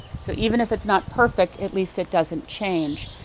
so even if it's not perfect, at least it doesn't change.